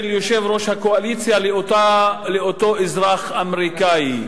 יושב-ראש הקואליציה לאותו אזרח אמריקני,